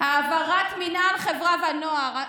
העברת מינהל חברה ונוער,